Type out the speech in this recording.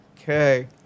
okay